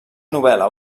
novel·la